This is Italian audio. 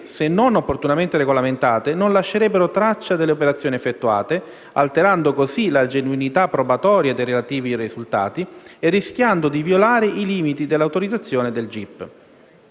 se non opportunamente regolamentate, non lascerebbero traccia delle operazioni effettuate, alterando così la genuinità probatoria dei relativi risultati e rischiando di violare i limiti dell'autorizzazione del